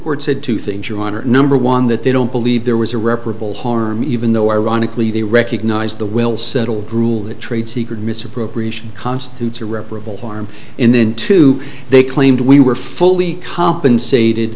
court said two things number one that they don't believe there was a reparable harm even though ironically they recognize the will settle rule that trade secret misappropriation constitutes a reprobate farm and then too they claimed we were fully compensated